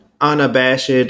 unabashed